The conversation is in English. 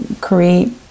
create